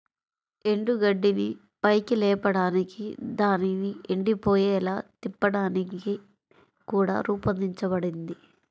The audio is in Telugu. ఎండుగడ్డిని పైకి లేపడానికి దానిని ఎండిపోయేలా తిప్పడానికి కూడా రూపొందించబడింది